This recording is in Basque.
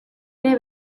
ere